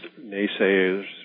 naysayers